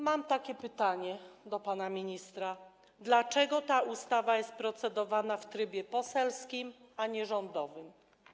Mam pytanie do pana ministra, dlaczego ta ustawa jest procedowana w trybie poselskim, a nie rządowym.